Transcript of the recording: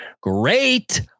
Great